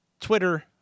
Twitter